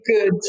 good